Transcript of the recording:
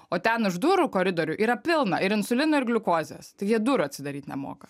o ten už durų koridoriuj yra pilna ir insulino ir gliukozės tik jie durų atsidaryt nemoka